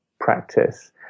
practice